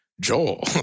Joel